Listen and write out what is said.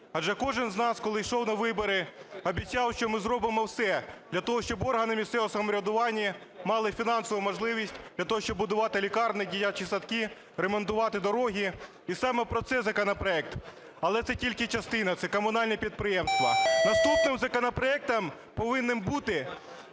Адже кожен з нас, коли йшов на вибори, обіцяв, що ми зробимо все для того, щоб органи місцевого самоврядування мали фінансову можливість для того, щоб будувати лікарні, дитячі садки, ремонтувати дороги. І саме про це законопроект, але це тільки частина – це комунальні підприємства. Наступним законопроектом повинен бути